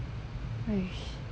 mm